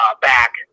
back